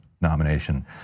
nomination